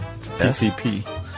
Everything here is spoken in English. PCP